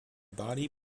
body